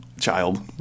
child